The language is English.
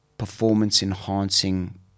performance-enhancing